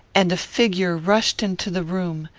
and a figure rushed into the room,